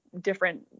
different